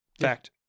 Fact